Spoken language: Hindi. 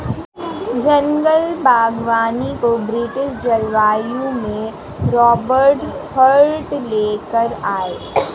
जंगल बागवानी को ब्रिटिश जलवायु में रोबर्ट हार्ट ले कर आये